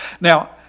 Now